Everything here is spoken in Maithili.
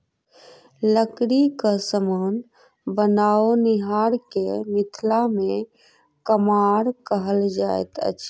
लकड़ीक समान बनओनिहार के मिथिला मे कमार कहल जाइत अछि